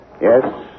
Yes